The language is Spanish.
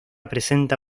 presenta